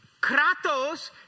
Kratos